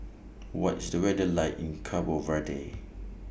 What IS The weather like in Cabo Verde